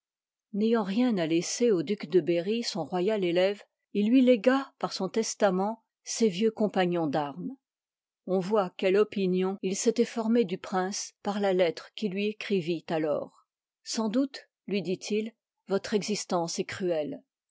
n'ayant rien à laisser au duc de berry son royal élève il lui légua par son testament ses vieux compagnons d mes on voit quelle opinion il s'étoit formée du prince par la lettre qu'il lui p part écrivit alors sans doute lui dit il v m votre existence est cruelle